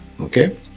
okay